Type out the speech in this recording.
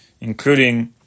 including